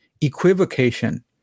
equivocation